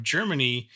Germany